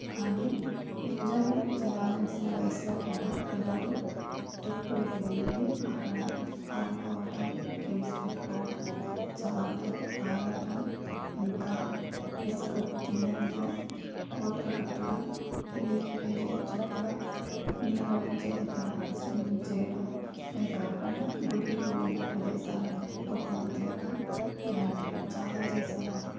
కానీ ఎంజాయ్ చేయాల్సిన వయసులో కూడా పిల్లలు ట్రిప్పులకి వెళ్ళి అక్కడ ఆడుకోవటం గేమ్స్ పెట్టుకోవడం చదవడం రాయటం ఇంకా ఇసుక గిన్నెలలో కోటలు కట్టడం వేరే వేరే చోట్ల నీళ్ళు వచ్చే దగ్గర స్విమ్మింగ్ చేయడం అవి కాకుండా గుడికి వెళ్ళిన ప్రదేశాలలో ఫోటోలు దిగటం ఇలాంటివి చాలా చేసేవారు